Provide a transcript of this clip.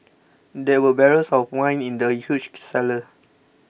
there were barrels of wine in the huge cellar